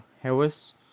Harris